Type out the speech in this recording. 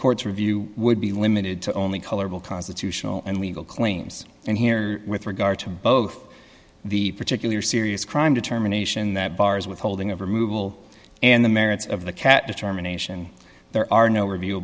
court's review would be limited to only colorable constitutional and legal claims and here with regard to both the particular serious crime determination that bars withholding of removal and the merits of the cat determination there are no review